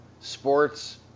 sports